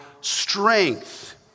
strength